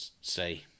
say